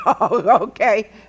Okay